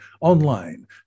online